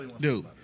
Dude